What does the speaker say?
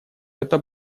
это